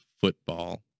football